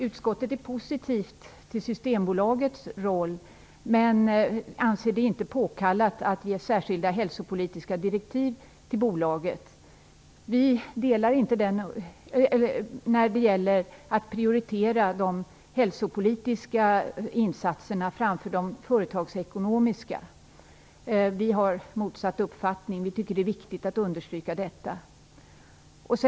Utskottet är positivt till Systembolagets roll men anser det inte påkallat att ge särskilda hälsopolitiska direktiv till bolaget när det gäller att prioritera de hälsopolitiska insatserna framför de företagsekonomiska. Vi har motsatt uppfattning. Vi tycker att det är viktigt att understryka detta.